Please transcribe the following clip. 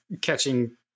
catching